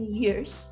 years